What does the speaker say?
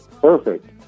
Perfect